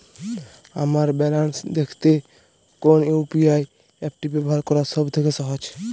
আমার ব্যালান্স দেখতে কোন ইউ.পি.আই অ্যাপটি ব্যবহার করা সব থেকে সহজ?